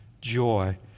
joy